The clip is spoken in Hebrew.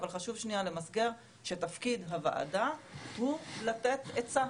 אבל חשוב שנייה למסגר שתפקיד הוועדה הוא לתת עצה.